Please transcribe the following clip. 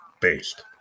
based